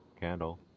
candle